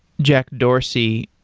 jack dorsey.